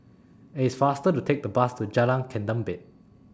It's faster to Take The Bus to Jalan Ketumbit